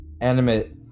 animate